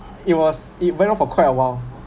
it was it went out for quite a while